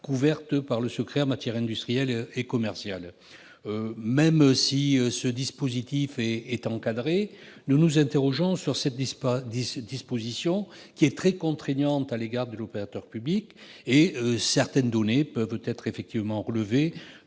couvertes par le secret en matière industrielle et commerciale. Même si ce dispositif est encadré, nous nous interrogeons sur cette disposition, qui est très contraignante à l'égard de l'opérateur public. Certaines données peuvent relever du secret des